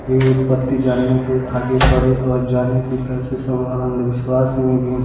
वो उत्पत्ति जानने के आगे पड़े और जानने की कैसे सब अन्धविश्वास में भी